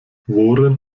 worin